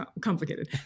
complicated